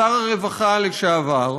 שר הרווחה לשעבר,